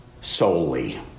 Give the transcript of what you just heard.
solely